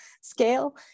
scale